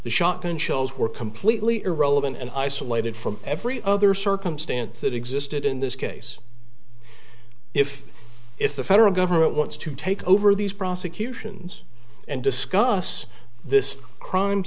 the shotgun shells were completely irrelevant and isolated from every other circumstance that existed in this case if if the federal government wants to take over these prosecutions and discuss this crime